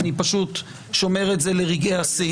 אני פשוט שומר את זה לרגעי השיא.